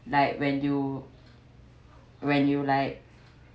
like when you when you like